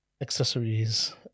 accessories